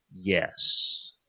Yes